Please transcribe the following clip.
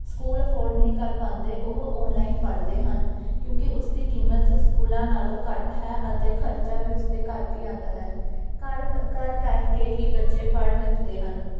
school afford ਨਹੀਂ ਕਰ ਪਾਉਂਦੇ ਉਹ ਔਨਲਾਈਨ ਪੜ੍ਹਦੇ ਹਨ ਕਿਉਂਕਿ ਉਸਦੀ ਕੀਮਤ ਸਕੂਲਾਂ ਨਾਲੋਂ ਘੱਟ ਹੈ ਅਤੇ ਖਰਚਾ ਵੀ ਉਸ 'ਤੇ ਘੱਟ ਹੀ ਆਉਂਦਾ ਹੈ ਘਰ ਘਰ ਬੈਠ ਕੇ ਹੀ ਬੱਚੇ ਪੜ੍ਹ ਲਿਖਦੇ ਹਨ